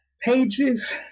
pages